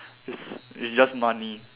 it's it's just money